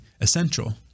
essential